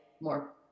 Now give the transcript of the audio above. more